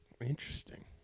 Interesting